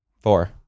Four